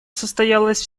состоялась